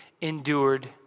endured